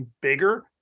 bigger